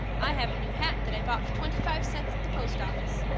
i have a new hat that i bought for twenty-five cents at the post office.